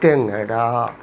टेङ्गरा